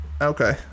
Okay